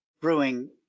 brewing